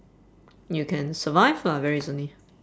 you can survive lah very easily